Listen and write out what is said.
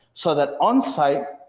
so that onsite,